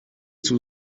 two